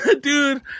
dude